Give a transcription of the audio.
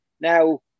Now